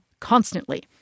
constantly